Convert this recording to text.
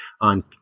on